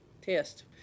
test